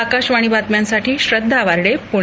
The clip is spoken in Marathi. आकाशवाणी बातम्यांसाठी श्रद्वा वार्डे पुणे